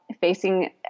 facing